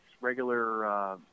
regular